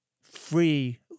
free